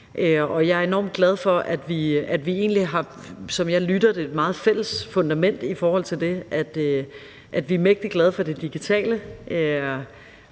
jeg er enormt glad for, at vi egentlig, som jeg lytter mig til det, har et meget fælles fundament i forhold til det, at vi er mægtig glade for det digitale,